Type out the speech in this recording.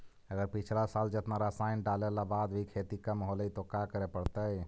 अगर पिछला साल जेतना रासायन डालेला बाद भी खेती कम होलइ तो का करे पड़तई?